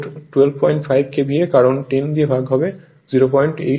সুতরাং load 125 KVA কারণ 10 ভাগ 08 হবে